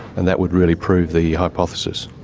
and that would really prove the hypothesis.